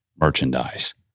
merchandise